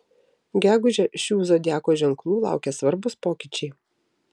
gegužę šių zodiako ženklų laukia svarbūs pokyčiai